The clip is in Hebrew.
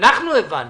הבנו